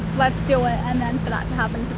let's do it and then for that